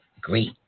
great